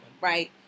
right